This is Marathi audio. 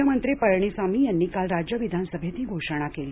मुख्यमंत्री पळणीसामी यांनी काल राज्य विधानसभेत ही घोषणा केली